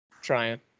trying